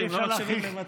שהם לא מקשיבים למציעים.